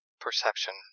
perception